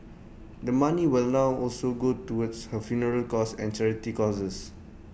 the money will now also go towards her funeral costs and charity causes